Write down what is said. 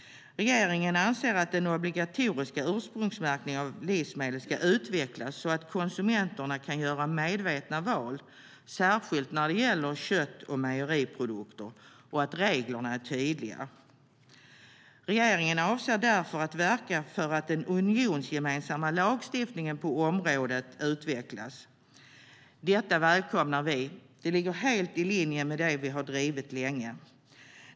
Regeringen anser att den obligatoriska ursprungsmärkningen av livsmedel ska utvecklas så att konsumenterna kan göra medvetna val, särskilt när det gäller kött och mejeriprodukter, och att reglerna är tydliga. Regeringen avser därför att verka för att den unionsgemensamma lagstiftningen på området utvecklas. Detta välkomnar vi. Det ligger helt i linje med det vi har drivit länge.